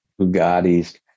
Bugattis